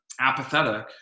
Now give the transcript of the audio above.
apathetic